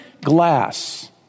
glass